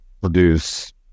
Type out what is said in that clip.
produce